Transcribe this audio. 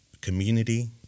community